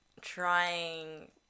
trying